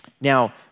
Now